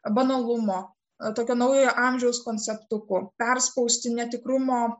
banalumo tokio naujojo amžiaus konceptukų perspausti netikrumo